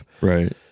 Right